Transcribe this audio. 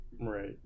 Right